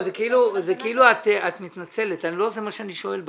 זה כאילו את מתנצלת ולא זה מה שאני שואל בכלל.